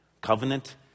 Covenant